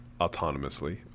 autonomously